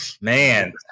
Man